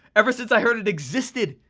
ever since i heard it existed,